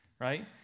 right